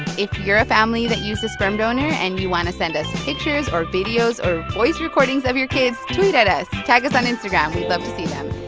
if you're a family that used a sperm donor and you want to send us pictures or videos or voice recordings of your kids, tweet at us, tag us on instagram. we'd love to see them.